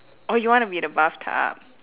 orh you want to be the bathtub